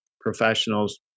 professionals